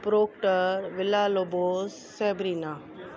प्रोकट Villalobos Sabrina